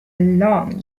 long